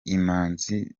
imanzi